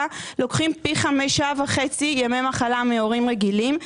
לוקחים פי 5.5 ימי מחלה מהורים רגילים,